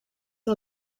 van